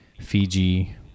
Fiji